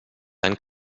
dann